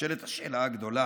נשאלת השאלה הגדולה